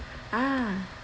ah